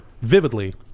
vividly